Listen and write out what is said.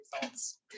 results